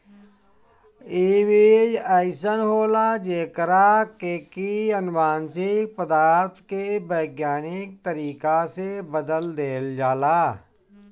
इ बीज अइसन होला जेकरा के की अनुवांशिक पदार्थ के वैज्ञानिक तरीका से बदल देहल जाला